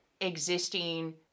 existing